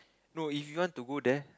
no if you want to go there